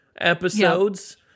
episodes